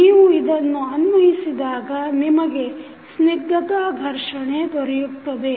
ನೀವು ಇದನ್ನು ಅನ್ವಯಿಸಿದಾಗ ನಿಮಗೆ ಸ್ನಿಗ್ಧತಾ ಘರ್ಷಣೆ ದೊರೆಯುತ್ತದೆ